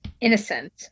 innocent